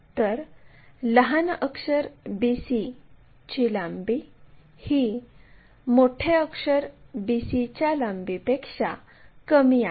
तर लहान अक्षर b c ची लांबी ही मोठे अक्षर B C च्या लांबीपेक्षा कमी आहे